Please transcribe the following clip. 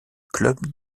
club